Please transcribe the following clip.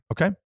okay